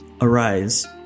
arise